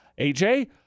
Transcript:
AJ